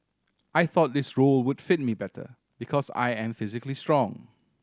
I thought this role would fit me better because I am physically strong